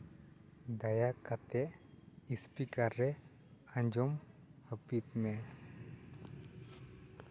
ᱫᱟᱭᱟ ᱠᱟᱛᱮᱫ ᱤᱥᱯᱤᱠᱟᱨ ᱨᱮ ᱟᱸᱡᱚᱢ ᱦᱟᱹᱯᱤᱫ ᱢᱮ